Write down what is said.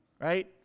right